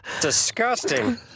Disgusting